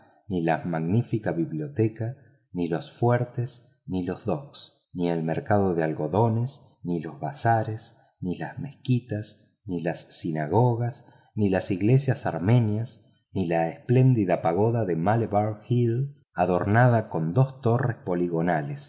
ni la magnífica biblioteca ni los fuertes ni los docks ni el mercado de algodones ni los bazares ni las mezquitas ni las sinagogas ni las iglesias armenias ni la espléndida pagoda de malebar hill adornada con dos torres poligonales